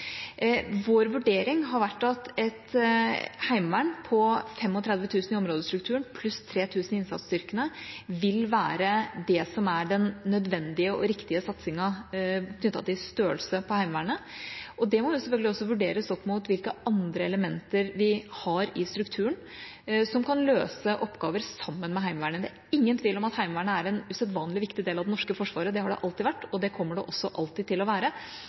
Vår vurdering har vært at et heimevern på 35 000 i områdestrukturen pluss 3 000 i innsatsstyrkene vil være den nødvendige og riktige satsingen knyttet til størrelse på Heimevernet, og det må selvfølgelig vurderes opp mot hvilke andre elementer vi har i strukturen som kan løse oppgaver sammen med Heimevernet. Det er ingen tvil om at Heimevernet er en usedvanlig viktig del av det norske forsvaret. Det har det alltid vært, og det kommer det alltid til å være.